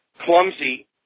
clumsy